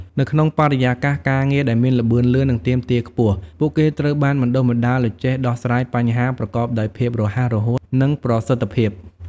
នៅក្នុងបរិយាកាសការងារដែលមានល្បឿនលឿន និងទាមទារខ្ពស់ ពួកគេត្រូវបានបណ្ដុះបណ្ដាលឱ្យចេះដោះស្រាយបញ្ហា ប្រកបដោយភាពរហ័សរហួន និងប្រសិទ្ធភាព។